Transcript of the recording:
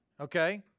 okay